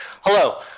Hello